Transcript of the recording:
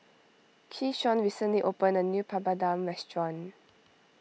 Keyshawn recently opened a new Papadum restaurant